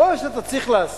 כל שאתה צריך לעשות,